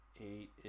eight